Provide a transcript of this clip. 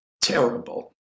terrible